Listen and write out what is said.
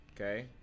Okay